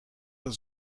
dat